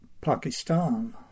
Pakistan